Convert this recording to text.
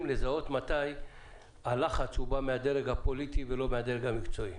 לזהות מתי הלחץ בא מהדרג הפוליטי ולא מהדרג המקצועי,